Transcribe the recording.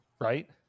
Right